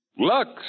Lux